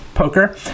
Poker